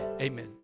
Amen